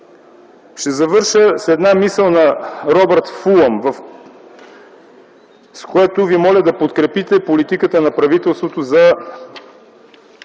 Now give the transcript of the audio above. Ще завърша с една мисъл на Робърт Фулам, с което ви моля да подкрепите политиката на правителството за